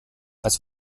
als